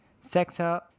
sector